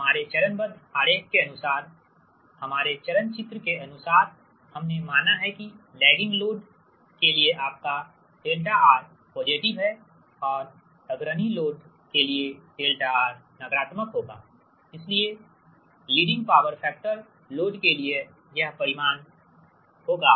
हमारे चरणबद्ध आरेख के अनुसार हमारे चरण चित्र के अनुसार हमने माना है कि लैगिंग लोड के लिए आपका δR पॉजिटिव है और अग्रणी लोड के लिए δR निगेटिव होगा इसलिएलीडिंग पावर फैक्टर लोड के लिए यह परिमाण होगा